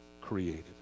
created